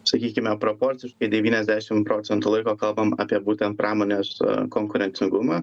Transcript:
sakykime proporciškai devyniasdešim procentų laiko kalbam apie būtent pramonės konkurencingumą